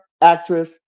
actress